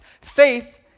faith